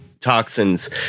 toxins